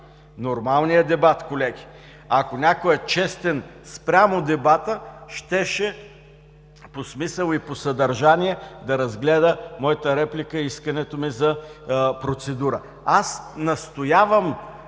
Нормалният дебат, колеги! Ако някой е честен спрямо дебата, щеше по смисъл и по съдържание да разгледа моята реплика и искането ми за процедура. Аз настоявам